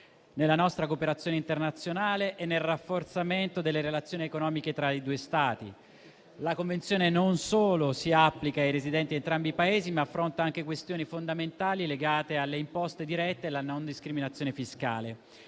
nella nostra cooperazione internazionale e nel rafforzamento delle relazioni economiche tra i due Stati. La Convenzione non solo si applica ai residenti di entrambi i Paesi, ma affronta anche questioni fondamentali legate alle imposte dirette e alla non discriminazione fiscale.